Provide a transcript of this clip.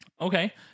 Okay